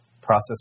process